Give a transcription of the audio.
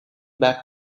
back